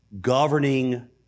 governing